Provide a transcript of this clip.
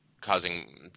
causing